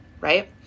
right